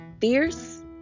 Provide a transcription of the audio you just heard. fierce